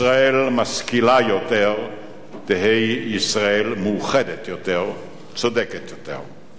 ישראל משכילה יותר תהא ישראל מאוחדת יותר וצודקת יותר.